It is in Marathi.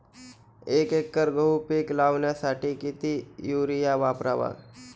एक एकर गहू पीक लावण्यासाठी किती युरिया वापरावा?